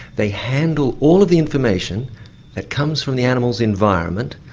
they handle all of the information that comes from the animal's environment,